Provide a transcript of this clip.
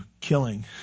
killing